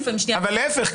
אבל להפך.